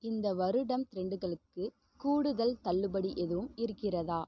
இந்த வருடம் ட்ரெண்டுகளுக்கு கூடுதல் தள்ளுபடி எதுவும் இருக்கிறதா